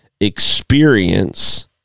experience